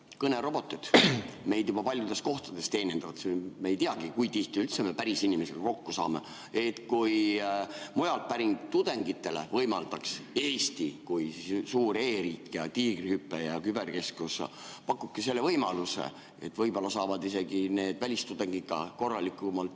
kõnerobotid meid juba paljudes kohtades teenindavad ja me ei teagi, kui tihti me üldse päris inimesega kokku saame. Kui mujalt pärit tudengitele võimaldaks Eesti kui suur e-riik ja tiigrihüppe ja küberkeskus selle võimaluse, võib-olla saavad isegi need välistudengid korralikumalt